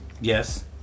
Yes